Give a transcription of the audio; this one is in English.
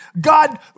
God